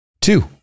Two